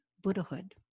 Buddhahood